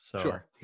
Sure